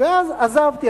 ואז עזבתי.